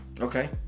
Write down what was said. Okay